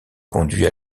conduit